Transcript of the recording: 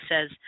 says